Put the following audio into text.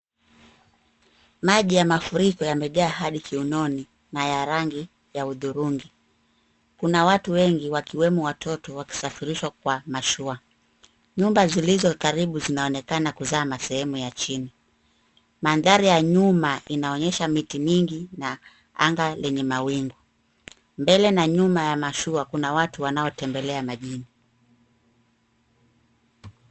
Maji ya mafuriko yamejaa hadi kiunoni na ya rangi ya hudhurungi. Kuna watu wengi wakiwemo watoto wakisafirishwa kwa mashua. Nyumba zilizo karibu zinaoonekana kuzama sehemu ya chini. Mandhari ya nyuma inaonyesha miti mingi na anga lenye mawingu. Mbele na nyuma na ya mashua kuna watu wanatembelea majini.